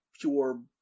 pure